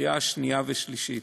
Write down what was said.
בקריאה שנייה ושלישית.